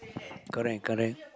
correct correct